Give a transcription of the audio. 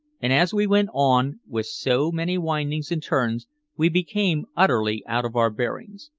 and as we went on with so many windings and turns we became utterly out of our bearings.